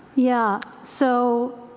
yeah, so,